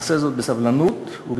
נעשה את זה בסבלנות ובהידברות.